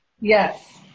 Yes